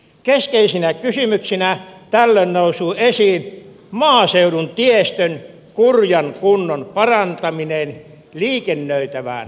keskeisenä kysymyksenä tällöin nousee esiin maaseudun tiestön kurjan kunnon parantaminen liikennöitävään kuntoon